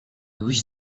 wish